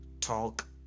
talk